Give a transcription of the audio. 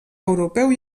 europeu